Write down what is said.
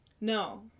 No